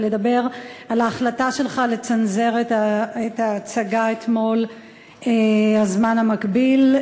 ולדבר על ההחלטה שלך אתמול לצנזר את ההצגה "הזמן המקביל".